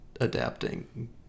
Adapting